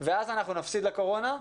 ואז נפסיד לקורונה,